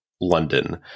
London